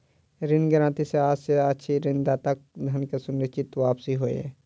ऋण गारंटी सॅ आशय अछि जे ऋणदाताक धन के सुनिश्चित वापसी होय